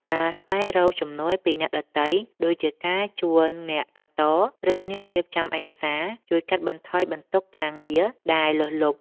ការស្វែងរកជំនួយពីអ្នកដទៃ ដូចជាការជួលអ្នកកាត់ត ឬអ្នករៀបចំឯកសារ ជួយកាត់បន្ថយបន្ទុកការងារដែលលើសលប់។